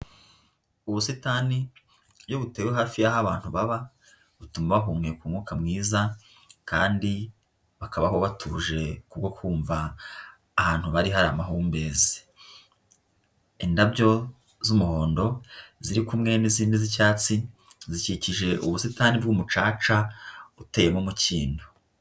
Ubusitani iyo butewe hafi y'aho abantu baba, butuma bahumeka umwuka mwiza kandi bakabaho batuje kubwo kumva ahantu bari hari amahumbezi, indabyo z'umuhondo ziri kumwe n'izindi z'icyatsi zikikije ubusitani bw'umucaca uteyemo umukindo.